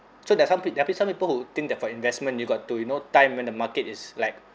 so there are some peo~ there're peo~ some people who think that for investment you got to you know time when the market is like